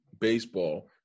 baseball